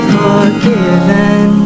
forgiven